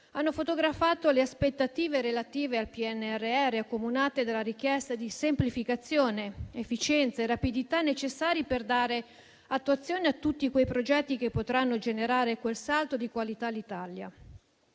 hanno fotografato le aspettative relative al PNRR accomunate dalla richiesta di semplificazione, efficienza e rapidità necessarie per dare attuazione a tutti quei progetti che potranno assicurare all'Italia